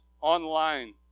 online